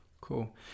Cool